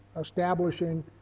establishing